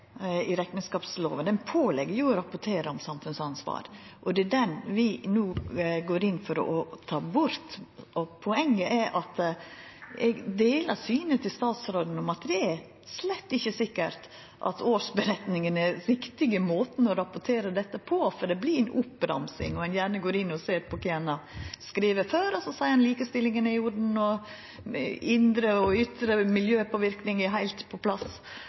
å rapportera om samfunnsansvar. Det er den vi no går inn for å ta bort. Poenget er at eg deler synet til statsråden om at det slett ikkje er sikkert at ei årsmelding er riktig måte å rapportera dette på. For det vert ei oppramsing, og ein går gjerne inn og ser på kva ein har skrive før, og så seier ein at likestillinga er i orden og indre og ytre miljøpåverknad er heilt på plass.